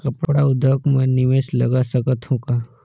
कपड़ा उद्योग म निवेश लगा सकत हो का?